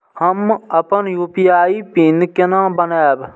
हम अपन UPI PIN केना बनैब?